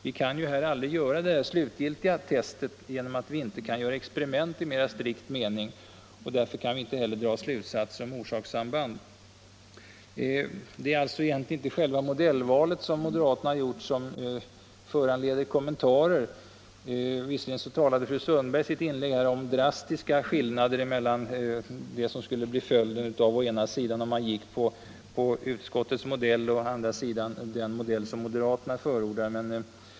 Vi kan ju inte göra ett slutgiltigt test eftersom vi inte kan göra experiment i mera strikt mening. Därför kan vi inte heller dra slutsatser om orsakssamband. Det är alltså egentligen inte det modellval som moderaterna gjort som föranleder kommentarer. Visserligen talade fru Sundberg om drastiska skillnader i fråga om följdverkningarna av å ena sidan utskottets modell och å andra sidan moderatreservationens modell.